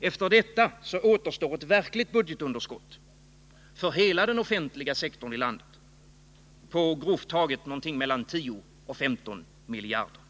Efter detta återstår ett verkligt budgetunderskott för hela den offentliga sektorn i landet på mellan 10 och 15 miljarder.